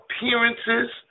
appearances